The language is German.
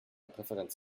präferenz